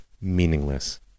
meaningless